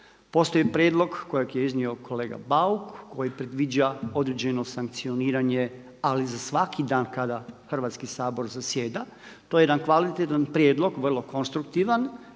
Postoji prijedlog, kojeg je iznio kolega Bauk, koji predviđa određeno sankcioniranje ali za svaki dan kada Hrvatski sabor zasjeda. To je jedan kvalitetan prijedlog, vrlo konstruktivan